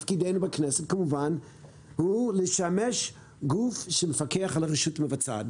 תפקידנו בכנסת הוא כמובן לשמש גוף שמפקח על הרשות המבצעת.